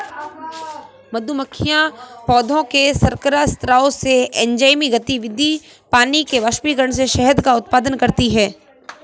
मधुमक्खियां पौधों के शर्करा स्राव से, एंजाइमी गतिविधि, पानी के वाष्पीकरण से शहद का उत्पादन करती हैं